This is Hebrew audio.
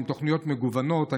עם תוכניות מגוונות.